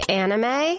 anime